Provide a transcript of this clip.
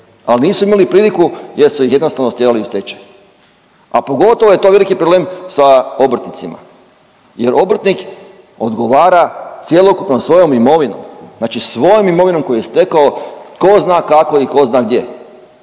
ali nisu imali priliku jer su ih jednostavno stjerali u stečaj, a pogotovo je to veliki problem sa obrtnicima jer obrtnik odgovara cjelokupnom svojom imovinom. Znači svojom imovinom koju je stekao tko zna kako i tko zna gdje